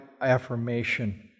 affirmation